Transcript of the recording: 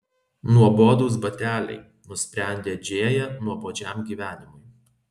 nuobodūs bateliai nusprendė džėja nuobodžiam gyvenimui